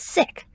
sick